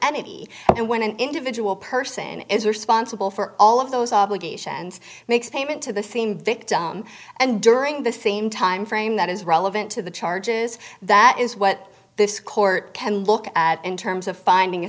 entity and when an individual person is responsible for all of those obligations makes payment to the same victim and during the same time frame that is relevant to the charges that is what this court can look at in terms of finding a